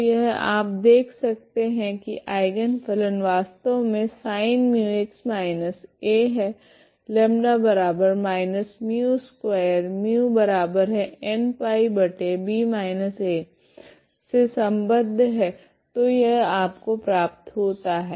तो यह आप देख सकते है की आइगन फलन वास्तव मे sin μx−a है λ−μ2 μnπb−a से सम्बद्ध है तो यह आपको प्राप्त होता है